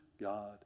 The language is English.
God